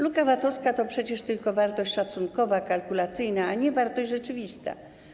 Luka VAT-owska to przecież tylko wartość szacunkowa, kalkulacyjna, a nie wartość rzeczywista.